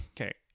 okay